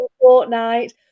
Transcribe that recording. fortnight